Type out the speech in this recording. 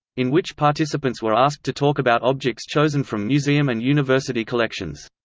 in which participants were asked to talk about objects chosen from museum and university collections.